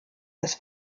des